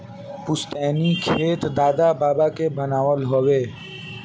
पुस्तैनी खेत दादा बाबा के बनावल हवे